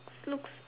looks